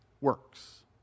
works